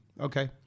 Okay